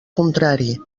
contrari